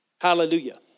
Hallelujah